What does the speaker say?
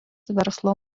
verslo